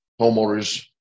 homeowners